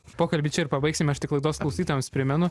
pokalbį čia ir pabaigsim aš tik laidos klausytojams primenu